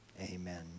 Amen